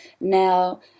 Now